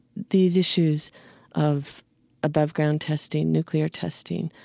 these issues of above-ground testing, nuclear testing,